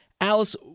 Alice